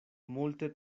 multe